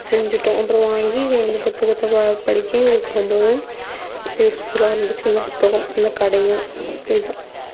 செஞ்சுட்டோம் அப்றம் வாங்கி அந்த புத்தகத்தை படிக்க எனக்கு ரொம்பவும் யூஸ்ஃபுல்லாக இருந்துச்சு அந்த புத்தகம் அந்த கடையும் இதுதான்